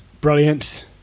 Brilliant